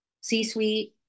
C-suite